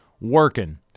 working